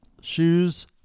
shoes